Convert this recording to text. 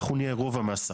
אנחנו נהיה רוב המסה.